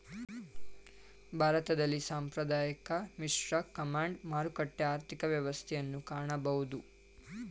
ಭಾರತದಲ್ಲಿ ಸಾಂಪ್ರದಾಯಿಕ, ಮಿಶ್ರ, ಕಮಾಂಡ್, ಮಾರುಕಟ್ಟೆ ಆರ್ಥಿಕ ವ್ಯವಸ್ಥೆಯನ್ನು ಕಾಣಬೋದು